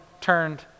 turned